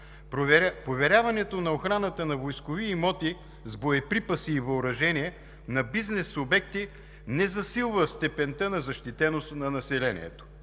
Поверяването на охраната на войскови имоти с боеприпаси и въоръжение на бизнес обекти не засилва степента на защитеност на населението,